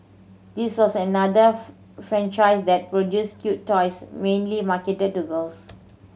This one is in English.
this was another franchise that produced cute toys mainly marketed to girls